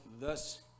thus